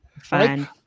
Fine